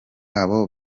abo